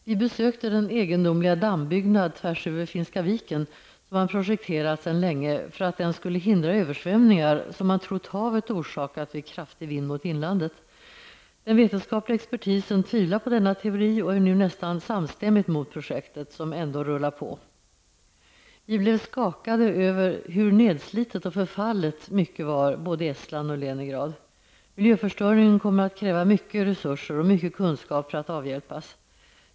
Vi besökte den egendomliga dammbyggnad tvärs över Finska viken som man projekterat sedan länge för att den skulle hindra översvämningar, som man trott att havet orsakat vid kraftig vind mot inlandet. Den vetenskapliga expertisen tvivlar på denna teori och är nu nästan samstämmigt mot projektet, som ändå rullar på. Vi blev skakade över hur nedslitet och förfallet mycket var både i Estland och i Leningrad. Miljöförstöringen kommer att kräva stora resurser och mycket kunskap för att avhjälpas.